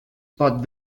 pot